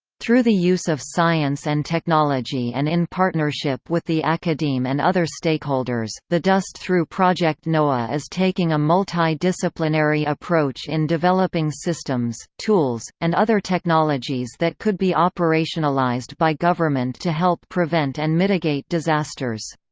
through the use of science and technology and in partnership with the academe and other stakeholders, the dost through project noah is taking a multi-disciplinary approach in developing systems, tools, and other technologies that could be operationalized by government to help prevent and mitigate disasters.